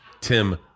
Tim